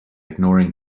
ignoring